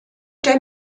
der